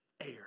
air